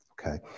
okay